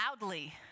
loudly